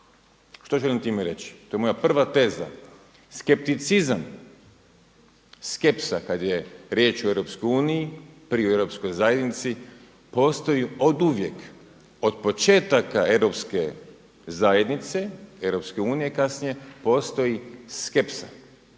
Što želim time reći? To je moja prva teza. Skepticizam, skepsa kad je riječ o EU, pri Europskoj zajednici postoji oduvijek od početaka Europske zajednice, Europske unije kasnije, postoji skepsa,